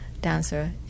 dancer